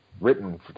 written